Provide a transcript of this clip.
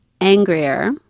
angrier